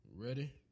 Ready